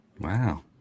wow